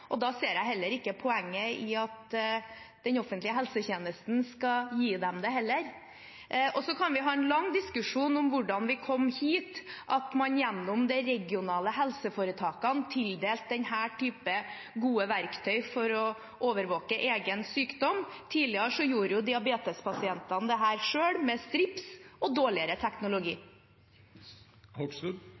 og da ser jeg heller ikke poenget i at den offentlige helsetjenesten skal gi dem det. Vi kan ha en lang diskusjon om hvordan vi kom dit at man gjennom de regionale helseforetakene tildelte denne typen gode verktøy for å overvåke egen sykdom. Tidligere gjorde diabetespasientene dette selv med strips og dårligere teknologi.